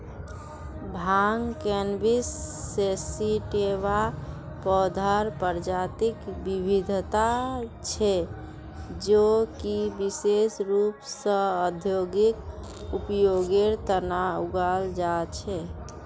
भांग cannabis sativa पौधार प्रजातिक विविधता छे जो कि विशेष रूप स औद्योगिक उपयोगेर तना उगाल जा छे